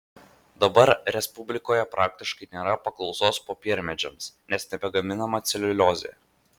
dabar respublikoje praktiškai nėra paklausos popiermedžiams nes nebegaminama celiuliozė